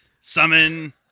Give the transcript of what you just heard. summon